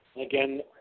Again